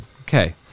Okay